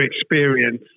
experience